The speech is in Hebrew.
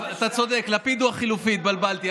אתה צודק, לפיד הוא החלופי, התבלבלתי.